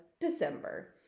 December